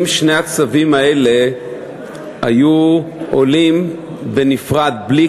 אם שני הצווים האלה היו עולים בנפרד בלי